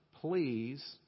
please